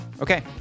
Okay